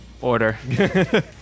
order